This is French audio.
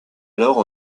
alors